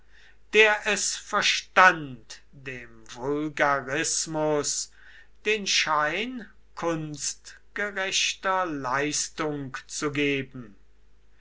der es verstand dem vulgarismus den schein kunstgerechter leistung zu geben